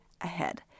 ahead